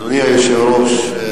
אדוני היושב-ראש,